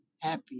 happy